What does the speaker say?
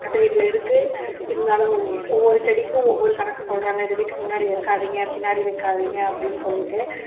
பக்கத்து வீட்டில இருக்குது இருந்தாலும் ஒவ்வொரு செடிக்கும் ஒவ்வொரு கணக்கு சொல்கிறாங்க இது வீட்டுக்கு முன்னாடி வைக்காதிங்க பின்னாடி வைக்காதிங்க அப்படின்னு சொல்லிட்டு